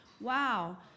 wow